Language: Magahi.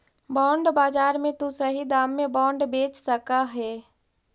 बॉन्ड बाजार में तु सही दाम में बॉन्ड बेच सकऽ हे